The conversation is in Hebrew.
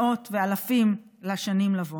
מאות ואלפי שנים לבוא.